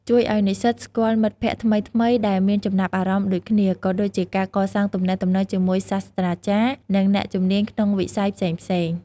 ជួយឱ្យនិស្សិតស្គាល់មិត្តភក្តិថ្មីៗដែលមានចំណាប់អារម្មណ៍ដូចគ្នា ក៏ដូចជាកសាងទំនាក់ទំនងជាមួយសាស្ត្រាចារ្យ និងអ្នកជំនាញក្នុងវិស័យផ្សេងៗ។